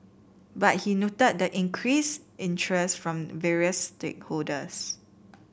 but he noted the increased interest from various stakeholders